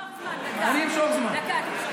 דקה.